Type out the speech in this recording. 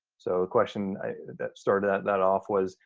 so the question that started that that off was,